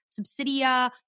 Subsidia